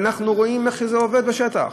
ואנחנו רואים איך זה עובד בשטח.